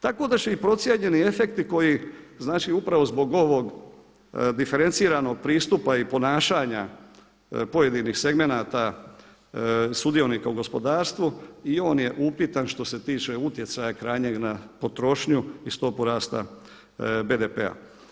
Tako da će i procijenjeni efekti koji znači upravo zbog ovog diferenciranog pristupa i ponašanja pojedinih segmenata sudionika u gospodarstvu i on je upitan što se tiče utjecaja krajnjeg na potrošnju i stopu rasta BDP-a.